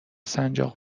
سنجاق